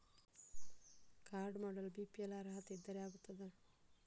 Card ಮಾಡಲು BPL ಅರ್ಹತೆ ಇದ್ದರೆ ಆಗುತ್ತದ?